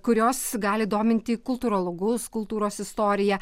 kurios gali dominti kultūrologus kultūros istorija